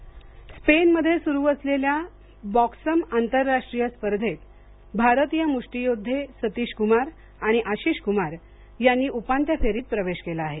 boxing स्पेनमध्ये सुरू असलेल्या बॉक्सम आंतरराष्ट्रीय स्पर्धेत भारतीय मुष्टियोद्वे सतीश कुमार आणि आशिष कुमार यांनी उपांत्य फेरीत प्रवेश केला आहे